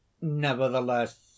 Nevertheless